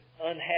unhappy